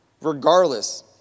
regardless